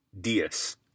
dias